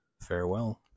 Farewell